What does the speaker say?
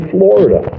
Florida